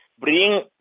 bring